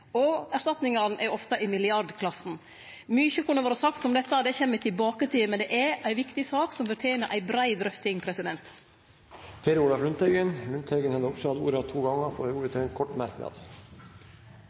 og erstatningane er ofte i milliardklassen. Mykje kunne vore sagt om dette, det kjem me tilbake til, men det er ei viktig sak som fortener ei brei drøfting. Representanten Lundteigen har hatt ordet to ganger tidligere og får ordet til en kort merknad,